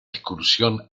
excursión